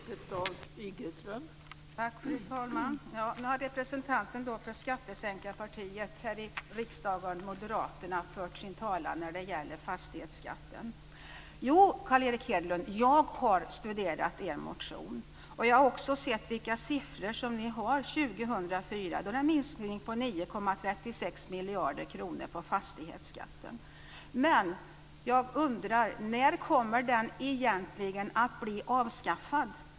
Fru talman! Nu har representanten för skattesänkarpartiet här i riksdagen, Moderaterna, fört sin talan när det gäller fastighetsskatten. Jo, jag har studerat er motion, Carl Erik Hedlund, och jag har också sett vilka siffror ni har. För 2004 är det en minskning på fastighetsskatten med 9,36 miljarder kronor. Men jag undrar: När kommer den egentligen att bli avskaffad?